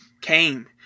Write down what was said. came